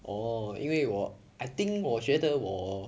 oh 因为我 I think 我觉得我